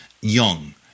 young